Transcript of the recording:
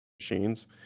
machines